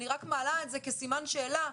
אני רק מעלה כסימן שאלה,